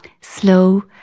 slow